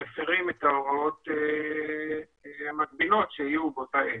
מפירים את ההוראות המקבילות שיהיו באותה עת,